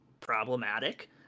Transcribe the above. problematic